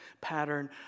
pattern